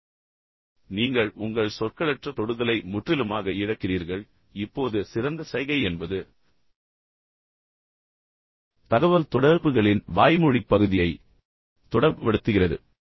எனவே நீங்கள் உங்கள் சொற்களற்ற தொடுதலை முற்றிலுமாக இழக்கிறீர்கள் இப்போது சிறந்த சைகை என்பது தகவல்தொடர்புகளின் வாய்மொழி பகுதியை தொடர்புபடுத்துகிறது